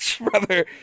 brother